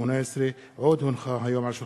עינת וילף,